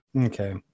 okay